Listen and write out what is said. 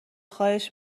خواهش